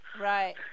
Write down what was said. right